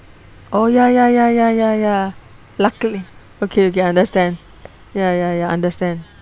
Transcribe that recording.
oh ya ya ya ya ya ya luckily okay okay I understand ya ya ya understand